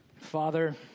Father